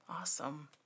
Awesome